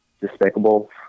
despicable